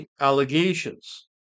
allegations